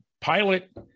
pilot